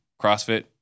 CrossFit